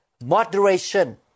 Moderation